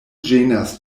ĝenas